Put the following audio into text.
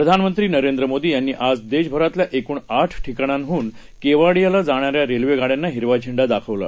प्रधानमंत्री नरेंद्र मोदी यांनी आज देशभरातल्या एकूण आठ ठिकाणांहून केवाडियाला जाण्यान्या रेल्वे गाडयांना हिरवा झेंडा दाखवला